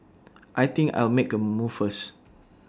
I think I'll make A move first